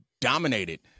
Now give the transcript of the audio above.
dominated